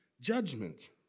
judgment